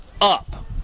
up